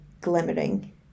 glimmering